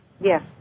Yes